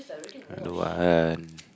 I don't want